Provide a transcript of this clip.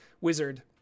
wizard